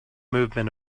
movement